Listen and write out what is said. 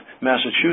Massachusetts